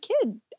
kid